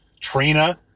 Trina